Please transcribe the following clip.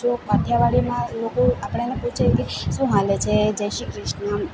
જો કાઠિયાવાડીમાં લોકો આપણને પૂછે કે શું ચાલે છે જય શ્રી કૃષ્ણ